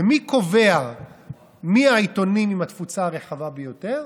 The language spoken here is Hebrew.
ומי קובע מי העיתונים עם התפוצה הרחבה ביותר?